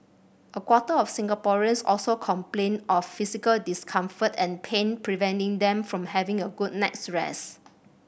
a quarter of Singaporeans also complained of physical discomfort and pain preventing them from having a good night's rest